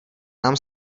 nám